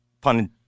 Pun